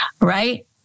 right